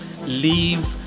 leave